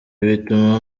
bituma